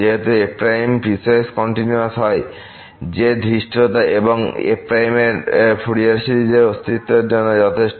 যেহেতু f piecewise continuous হয় যে ধৃষ্টতা এবং এই f এর ফুরিয়ার সিরিজ অস্তিত্ব এর জন্য যথেষ্ট